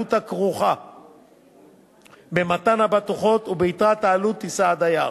מהעלות הכרוכה במתן הבטוחות וביתרת העלות יישא הדייר.